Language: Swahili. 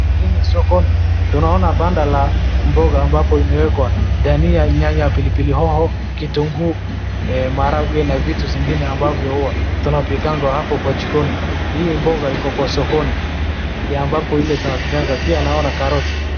Hii ni soko. Tunaona banda la mboga ambapo imewekwa dania, nyanya, pilipili hoho, kitunguu, maharangwe na vitu zingine ambavyo huwa tunapikaga hapo kwa jikoni. Hii mboga iko kwa sokoni ya ambapo ile tunatumiaga, pia naona karoti.